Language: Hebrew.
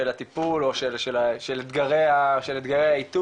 של הטיפול או של אתגרי האיתור,